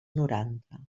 noranta